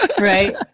Right